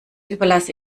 überlasse